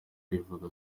rivuga